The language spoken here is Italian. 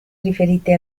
riferiti